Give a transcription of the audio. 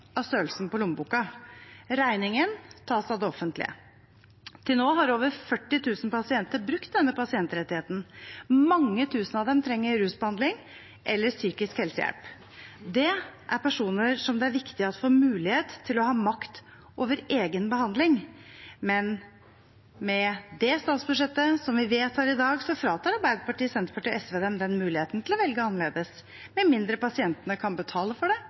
av størrelsen på lommeboka. Regningen tas av det offentlige. Til nå har over 40 000 pasienter brukt denne pasientrettigheten. Mange tusen av dem trenger rusbehandling eller psykisk helsehjelp. Det er personer som det er viktig at får mulighet til å ha makt over egen behandling. Men med det statsbudsjettet som vi vedtar i dag, fratar Arbeiderpartiet, Senterpartiet og SV dem den muligheten til å velge annerledes, med mindre pasientene kan betale for det